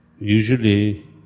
Usually